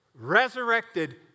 resurrected